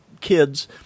kids